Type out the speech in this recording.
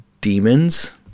demons